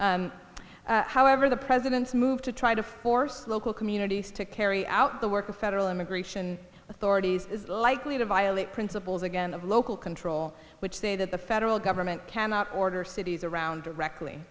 however the president's move to try to force local communities to carry out the work of federal immigration authorities is likely to violate principles again of local control which say that the federal government cannot order cities around